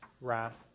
wrath